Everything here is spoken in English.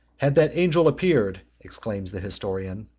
had that angel appeared, exclaims the historian,